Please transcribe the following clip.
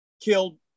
killed